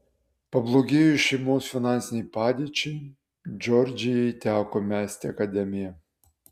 pablogėjus šeimos finansinei padėčiai džordžijai teko mesti akademiją